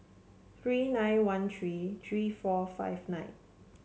three nine one three three four five nine